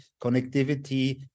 connectivity